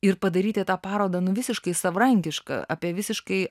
ir padaryti tą parodą nu visiškai savarankišką apie visiškai